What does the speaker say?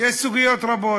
יש סוגיות רבות,